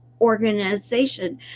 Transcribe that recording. organization